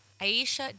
Aisha